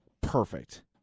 perfect